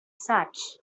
such